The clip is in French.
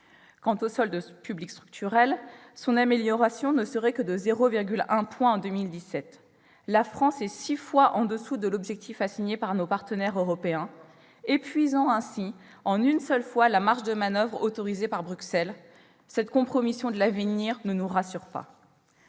Quant au solde public structurel, son amélioration ne serait que de 0,1 point en 2017 : la France est six fois au-dessous de l'objectif assigné par nos partenaires européens, épuisant ainsi en une seule fois la marge de manoeuvre autorisée par Bruxelles. Cette compromission pesant sur l'avenir ne nous rassure pas